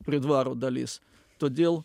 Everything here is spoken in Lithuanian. prie dvaro dalis todėl